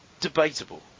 debatable